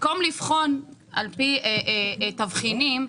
לבחון על פי תבחינים,